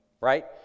right